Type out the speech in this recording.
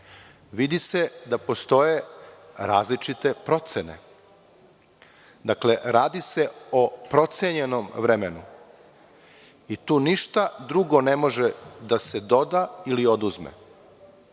vidi se da postoje različite procene. Dakle, radi se o procenjenom vremenu i tu ništa drugo ne može da se doda ili oduzme.